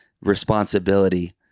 responsibility